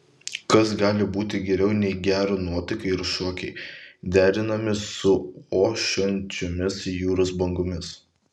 kas gali būti geriau nei gera nuotaika ir šokiai derinami su ošiančiomis jūros bangomis